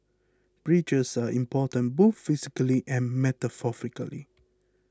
bridges are important both physically and metaphorically